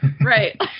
Right